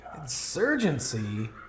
Insurgency